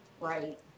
Right